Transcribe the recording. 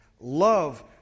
Love